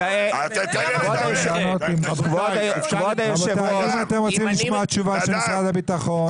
אם אתם רוצים לשמוע תשובה של משרד הביטחון,